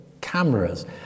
cameras